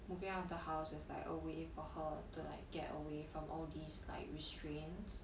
moving out of the house is like a way for her to like get away from all these like restraints